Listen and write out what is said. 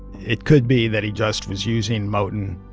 it could be that he just was using moton.